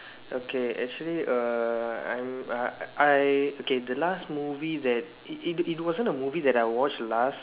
okay actually err I'm err I okay the last movie that it it wasn't the movie that I watched last